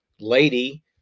lady